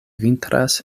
vintras